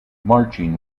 marching